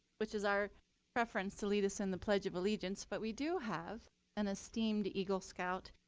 which is our preference to lead us in the pledge of allegiance. but we do have an esteemed eagle scout.